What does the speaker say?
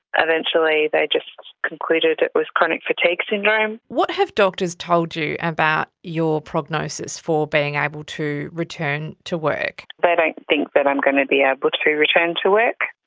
eventually they just concluded it was chronic fatigue syndrome. what have doctors told you about your prognosis for being able to return to work? they don't think that i'm going to be able to return to work.